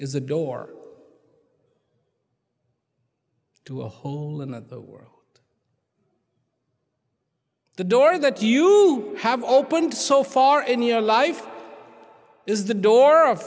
is a door to a hole in the world the door that you have opened so far in your life is the door of